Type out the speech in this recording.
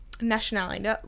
nationality